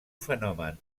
fenomen